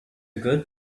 good